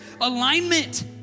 alignment